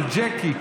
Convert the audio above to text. של ג'קי,